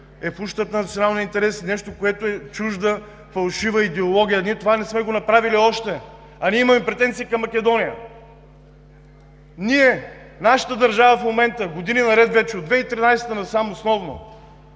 е в ущърб на националния интерес, и нещо, което е чужда, фалшива идеология. Ние това не сме го направили още, а имаме претенции към Македония. Ние – нашата държава, в момента, години наред вече от 2013 г. насам, основно